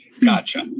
Gotcha